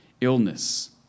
Illness